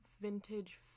vintage